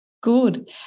Good